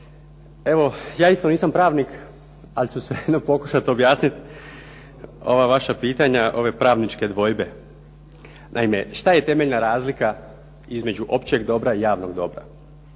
Evo ja isto nisam pravnik, ali ću svejedno pokušati objasniti ova vaša pitanja, ove pravničke dvojbe. Naime, što je temeljna razlika između općeg dobra i javnog dobra?